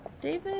David